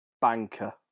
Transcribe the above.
Banker